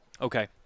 Okay